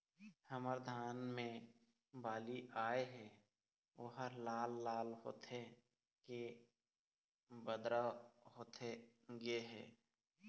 हमर धान मे बाली आए हे ओहर लाल लाल होथे के बदरा होथे गे हे?